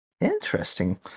Interesting